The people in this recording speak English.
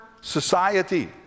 society